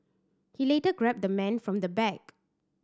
he later grabbed the man from the back